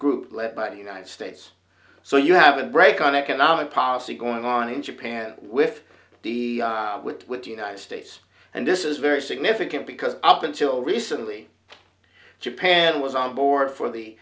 group led by the united states so you have a break on economic policy going on in japan with the with with the united states and this is very significant because up until recently japan was on board for the